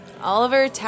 Oliver